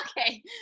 Okay